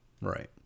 Right